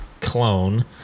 clone